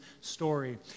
story